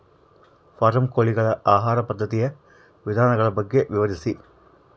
Form ಕೋಳಿಗಳ ಆಹಾರ ಪದ್ಧತಿಯ ವಿಧಾನಗಳ ಬಗ್ಗೆ ವಿವರಿಸಿ?